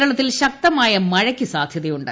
കേരളത്തിൽ ശക്തമായ മഴയ്ക്ക് സാധ്യതയുണ്ട്